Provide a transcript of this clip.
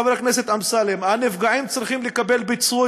חבר הכנסת אמסלם: הנפגעים צריכים לקבל פיצוי